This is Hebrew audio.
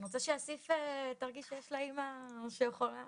אני רוצה שאסיף תרגיש שיש לה אימא שיכולה